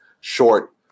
short